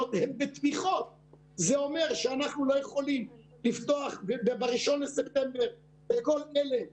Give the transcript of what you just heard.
מצאנו שהיועץ לקשרי ממשל לפיתוח הגליל